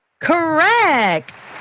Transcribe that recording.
Correct